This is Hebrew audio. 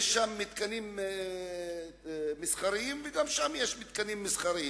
יש פה מתקנים מסחריים וגם שם יש מתקנים מסחריים.